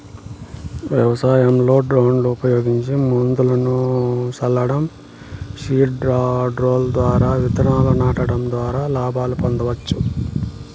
వ్యవసాయంలో డ్రోన్లు ఉపయోగించి మందును సల్లటం, సీడ్ డ్రిల్ ద్వారా ఇత్తనాలను నాటడం ద్వారా లాభాలను పొందొచ్చు